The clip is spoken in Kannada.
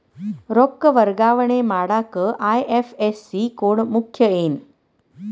ರೊಕ್ಕ ವರ್ಗಾವಣೆ ಮಾಡಾಕ ಐ.ಎಫ್.ಎಸ್.ಸಿ ಕೋಡ್ ಮುಖ್ಯ ಏನ್